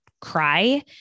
cry